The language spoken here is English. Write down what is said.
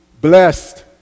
blessed